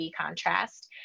contrast